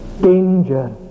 Danger